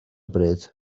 bryd